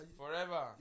forever